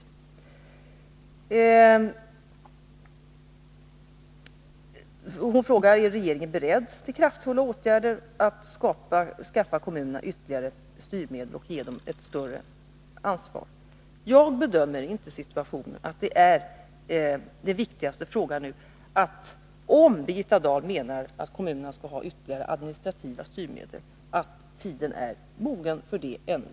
Birgitta Dahl frågade vidare: Är regeringen beredd till kraftfulla åtgärder för att skaffa kommunerna ytterligare styrmedel och ge dem ett större ansvar? Jag bedömer inte situationen så att det är den viktigaste frågan. Om Birgitta Dahl menar att kommunerna skall ha ytterligare administrativa styrmedel, vill jag säga att jag inte anser att tiden är mogen för det ännu.